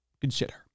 consider